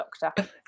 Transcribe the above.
doctor